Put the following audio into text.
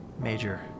Major